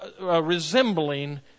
resembling